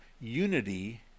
unity